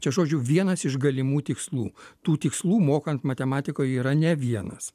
čia žodžiu vienas iš galimų tikslų tų tikslų mokant matematikoj yra ne vienas